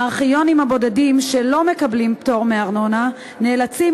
הארכיונים הבודדים שלא מקבלים פטור מארנונה נאלצים